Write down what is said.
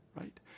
right